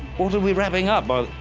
what are we wrapping up by the,